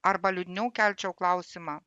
arba liūdniau kelčiau klausimą